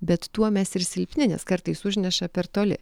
bet tuo mes ir silpni nes kartais užneša per toli